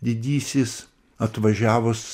didysis atvažiavus